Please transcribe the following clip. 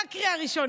רק קריאה ראשונה,